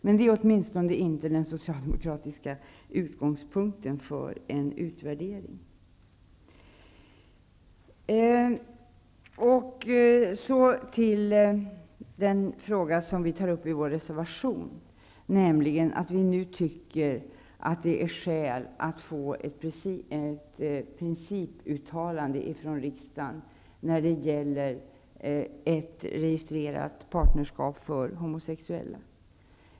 Men det är åtminstone inte den socialdemokratiska utgångspunkten för en utvärdering. Så till den sakfråga som vi behandlar i vår reservation, nämligen att vi tycker att det finns skäl att riksdagen gör ett principuttalande när det gäller ett registrerat partnerskap för homosexuella.